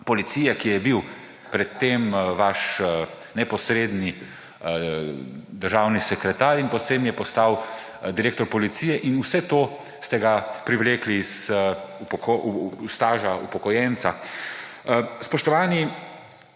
policije, ki je bil pred tem vaš neposredni državni sekretar in potem je postal direktor Policije. In v vse to ste ga privlekli iz staža upokojenca. Spoštovani